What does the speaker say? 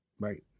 Right